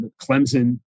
Clemson